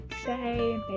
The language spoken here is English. Say